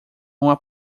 uma